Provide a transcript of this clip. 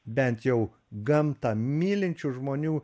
bent jau gamtą mylinčių žmonių